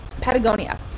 Patagonia